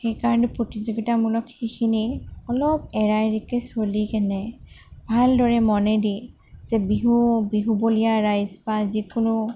সেইকাৰণে প্ৰতিযোগীতামূলক সেইখিনি অলপ এৰা এৰিকৈ চলিকেনে ভালদৰে মনেদি যে বিহু বিহুবলীয়া ৰাইজ বা যিকোনো